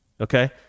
okay